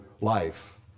life